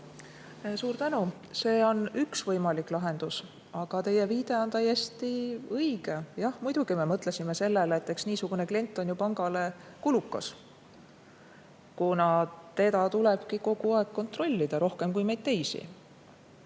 Suur tänu! See on üks võimalik lahendus. Teie viide on täiesti õige. Jah, muidugi me mõtlesime sellele, et niisugune klient on ju pangale kulukas, kuna teda tulebki kogu aeg kontrollida, rohkem kui meid teisi.